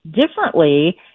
differently